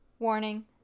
Warning